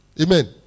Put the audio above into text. Amen